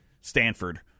stanford